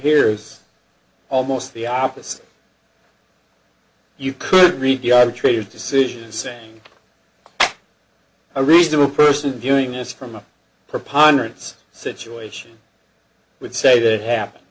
here is almost the opposite you could read the arbitrator decision saying a reasonable person doing is from a preponderance situation would say that it happened